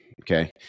Okay